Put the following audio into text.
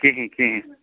کِہیٖنٛۍ کِہیٖنٛۍ